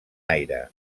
aire